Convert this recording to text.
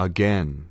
Again